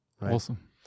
Awesome